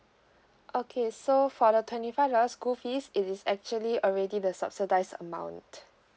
okay so for the twenty five dollars school fees it is actually already the subsidise amount